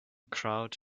crowd